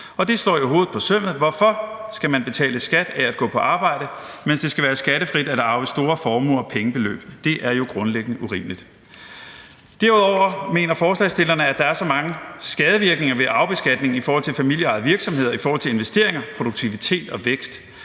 det slår jo hovedet på sømmet: Hvorfor skal man betale skat af at gå på arbejde, mens det skal være skattefrit at arve store formuer og pengebeløb? Det er jo grundlæggende urimeligt. Derudover mener forslagsstillerne, at der er så mange skadevirkninger ved arvebeskatningen i forhold til familieejede virksomheder med hensyn til investeringer, produktivitet og vækst.